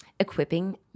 equipping